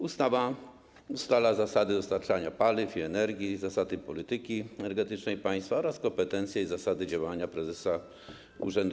Ustawa ustala zasady dostarczania paliw i energii, zasady polityki energetycznej państwa oraz kompetencje i zasady działania prezesa URE.